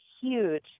huge